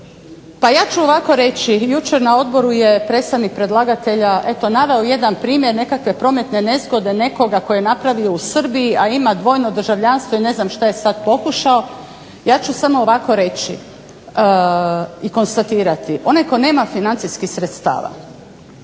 Pa ja ću ovako reći. jučer na odboru je predstavnik predlagatelja, eto naveo jedan primjer nekakve prometne nezgode nekoga tko je napravio u Srbiji, a ima dvojno državljanstvo ili ne znam šta je sad pokušao. Ja ću samo ovako reći i konstatirati. Onaj tko nema financijskih sredstava,